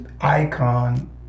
icon